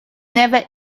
never